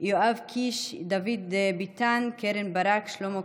יואב קיש, דוד ביטן, קרן ברק, שלמה קרעי,